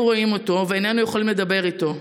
רואים אותו ואיננו יכולים לדבר איתו.